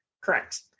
correct